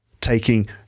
taking